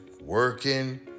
working